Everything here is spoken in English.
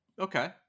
Okay